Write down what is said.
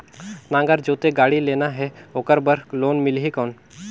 नागर जोते गाड़ी लेना हे ओकर बार लोन मिलही कौन?